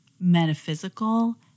metaphysical